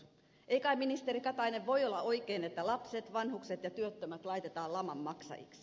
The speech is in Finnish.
ei kai ministeri katainen voi olla oikein että lapset vanhukset ja työttömät laitetaan laman maksajiksi